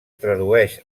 tradueix